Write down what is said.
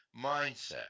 mindset